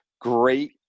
Great